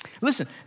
Listen